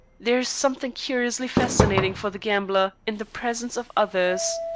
there is something curiously fascinating for the gambler in the presence of others.